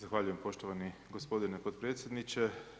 Zahvaljujem poštovani gospodine potpredsjedniče.